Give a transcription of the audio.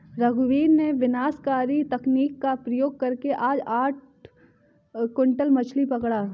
रघुवीर ने विनाशकारी तकनीक का प्रयोग करके आज आठ क्विंटल मछ्ली पकड़ा